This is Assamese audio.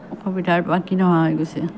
অসুবিধাৰ বাকী নোহোৱা হৈ গৈছে